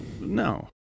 No